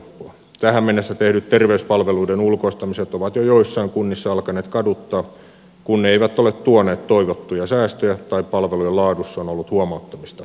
tähän mennessä tehdyt terveyspalveluiden ulkoistamiset ovat jo joissain kunnissa alkaneet kaduttaa kun ne eivät ole tuoneet toivottuja säästöjä tai palvelujen laadussa on ollut huomauttamista